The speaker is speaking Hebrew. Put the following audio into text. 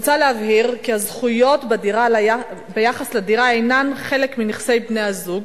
מוצע להבהיר כי הזכויות ביחס לדירה אינן חלק מנכסי בני-הזוג,